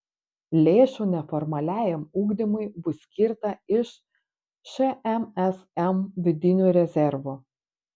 lėšų neformaliajam ugdymui bus skirta iš šmsm vidinių rezervų